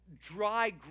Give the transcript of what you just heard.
dry